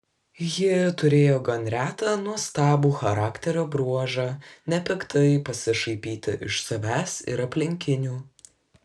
ji turėjo gan retą nuostabų charakterio bruožą nepiktai pasišaipyti iš savęs ir aplinkinių